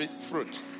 fruit